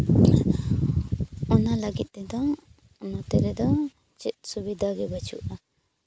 ᱚᱱᱟ ᱞᱟᱹᱜᱤᱫ ᱛᱮᱫᱚ ᱱᱚᱛᱮ ᱨᱮᱫᱚ ᱪᱮᱫ ᱥᱩᱵᱤᱫᱟ ᱜᱮ ᱵᱟᱹᱪᱩᱜᱼᱟ